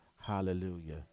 Hallelujah